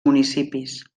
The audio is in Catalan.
municipis